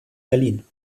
berlin